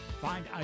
Find